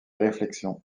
réflexions